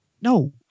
No